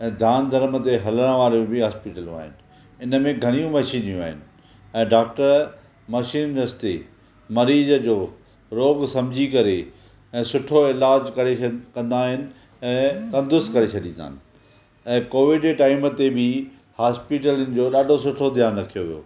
ऐं दान धर्म ते हलणु वारियूं बि हॉस्पिटलूं आहिनि इनमें घणियूं मशीनियूं आहिनि ऐं डॉक्टर मशीन मरीज जो रोग सम्झी करे ऐं सुठो इलाज करे कंदा आहिनि ऐं तंदरुस्तु करे छॾींदा आहिनि ऐं कोविड जे टाइम ते बि हॉस्पिटलिनि जो ॾाढो सुठो ध्यानु रखियो वियो